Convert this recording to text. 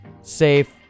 safe